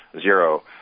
zero